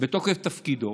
מתוקף תפקידו